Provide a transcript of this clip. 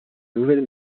nouvelle